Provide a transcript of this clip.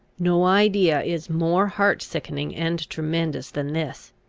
no idea is more heart-sickening and tremendous than this.